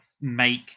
make